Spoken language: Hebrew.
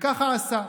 וככה עשה,